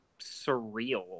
surreal